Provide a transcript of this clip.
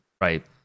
Right